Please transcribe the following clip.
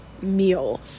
meal